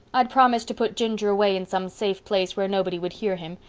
i'd promised to put ginger away in some safe place where nobody would hear him.